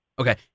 Okay